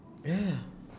ya